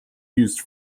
used